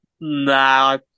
Nah